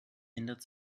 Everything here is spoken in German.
ändert